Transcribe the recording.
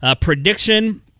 prediction